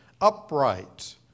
upright